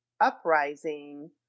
uprising